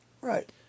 Right